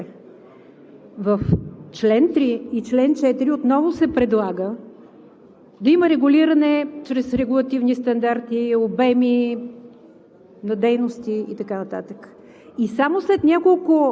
Това раздвоение, тази шизофрения трябва да спре! В чл. 3 и чл. 4 отново се предлага да има регулиране чрез регулативни стандарти, обеми